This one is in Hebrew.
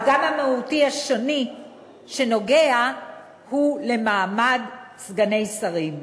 הפגם המהותי השני נוגע למעמד סגני שרים.